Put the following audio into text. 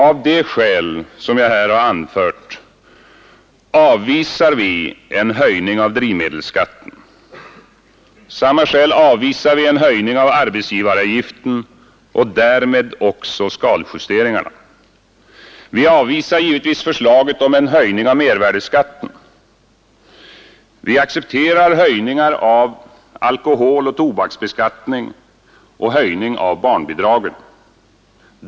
Av de skäl som jag här har anfört avvisar vi höjning av drivmedelsskatten. Av samma skäl avvisar vi höjning av arbetsgivaravgiften och därmed också skaljusteringarna. Vi avvisar givetvis förslaget om höjning av mervärdeskatten. Vi accepterar höjningar av alkoholoch tobaksbeskattningen och höjning av barnbidragen.